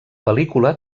pel·lícula